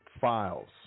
files